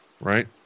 right